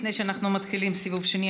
לפני שאנחנו מתחילים סיבוב שני,